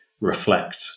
reflect